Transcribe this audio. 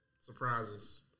surprises